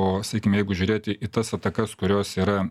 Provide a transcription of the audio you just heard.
o sakykim jeigu žiūrėti į tas atakas kurios yra